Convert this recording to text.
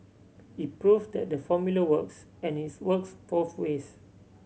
it prove that the formula works and it's works both ways